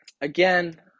again